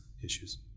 issues